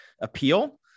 appeal